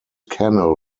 canal